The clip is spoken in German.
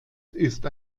ist